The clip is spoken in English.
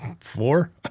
four